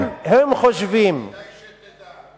הם חושבים, כדאי שתדע,